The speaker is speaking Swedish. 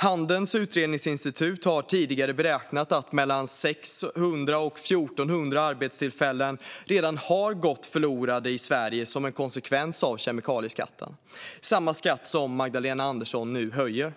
Handelns utredningsinstitut har tidigare beräknat att mellan 600 och 1 400 arbetstillfällen redan har gått förlorade i Sverige som en konsekvens av den kemikalieskatt som Magdalena Andersson nu höjer,